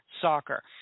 soccer